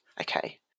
Okay